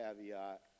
caveat